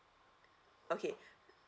okay